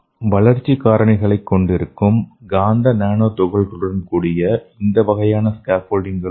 வளர்ச்சி காரணிகளைக் கொண்டிருக்கும் காந்த நானோ துகள்களுடன் கூடிய இந்த வகையான ஸ்கேப்போல்டிங்களும் உண்டு